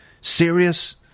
Serious